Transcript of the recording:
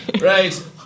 right